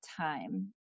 time